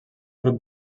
grup